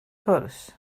cwrs